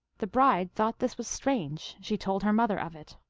the bride thought this was strange she told her mother of it.